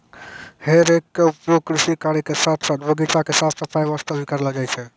हे रेक के उपयोग कृषि कार्य के साथॅ साथॅ बगीचा के साफ सफाई वास्तॅ भी करलो जाय छै